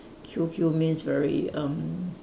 Q Q means very um